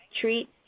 treat